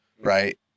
right